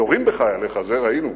יורים בחייליך, זה ראינו,